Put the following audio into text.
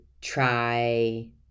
try